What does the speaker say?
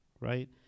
Right